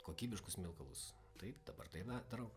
kokybiškus smilkalus taip dabar tai na darau